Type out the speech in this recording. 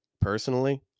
personally